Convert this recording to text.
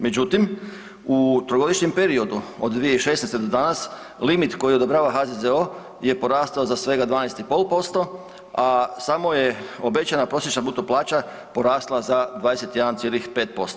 Međutim, u trogodišnjem periodu od 2016. do danas limit koji odobrava HZZO je porastao za svega za 12,5%, a samo je obećana prosječna bruto plaća porasla za 21,5%